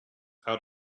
out